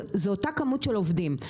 אותה כמות של עובדים.